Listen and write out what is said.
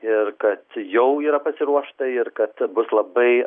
ir kad jau yra pasiruošta ir kad bus labai